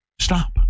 Stop